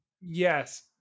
Yes